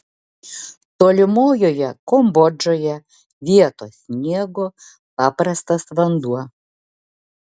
tolimojoje kambodžoje vietoj sniego paprastas vanduo